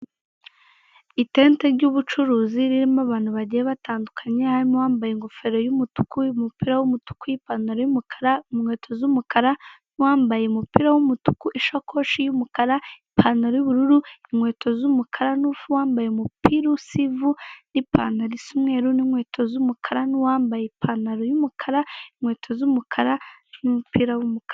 Itente ry'ubucuruzi ririmo abantu bagiye batandukanye harimo uwambaye ingofero y'umutuku, umupira w'umutuku, ipantaro y'umukara, inkweto z'umukara, n'uwambaye umupira w'umutuku, isakoshi y'umukara, ipantaro y'ubururu, inkweto z'umukara, n'uwambaye umupira usa ivu n'ipantaro isa umweru, n'inkweto z'umukara, n'uwambaye ipantaro y'umukara inkweto z'umukara n'umupira w'umukara.